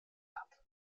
hat